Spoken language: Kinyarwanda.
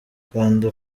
kanda